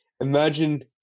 Imagine